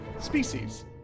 Species